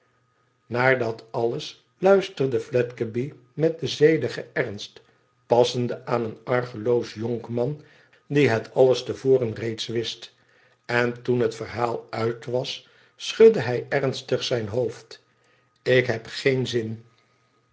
naar dat alles luisterde fledgeby met den zedigen ernst passende aan een argeloos jonkman die het alles te voren reeds wist en toen het verhaal uit was schudde hij ernstig zijn hoofd tik heb geen zin